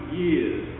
years